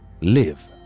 live